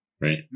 right